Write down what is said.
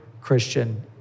Christian